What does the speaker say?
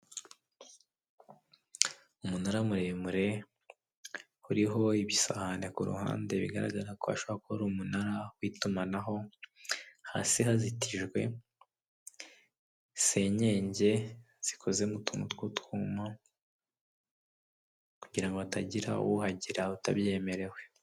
Umunara muremure uriho ibisahane ku ruhande bigaragara ko ashobora kuba ari umunara w'itumanaho, hasi hazitijwe senyege zikoze mu tuntu tw'utwuma, kugira hatagira uhagira atabyemerewe.